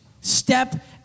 step